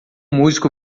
músico